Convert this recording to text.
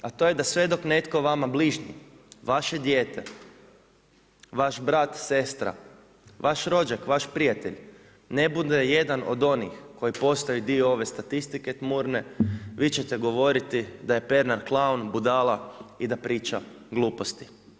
A to je da sve dok netko vama bližnji, vaše dijete, vaš brat, sestra, vaš rođak, vaš prijatelj ne bude jad od onih koji ostaju dio ove statistike tmurne, vi ćete govoriti da je Pernar klaun, budala i da priča gluposti.